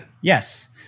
Yes